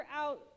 out